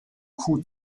kuh